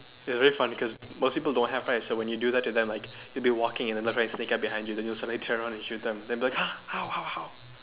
it is very funny cause most people don't have right so when you do that to them like you will be walking right and then they sneak up behind you and then you will suddenly turn around and shoot them then they be like !huh! how how how